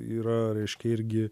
yra reiškia irgi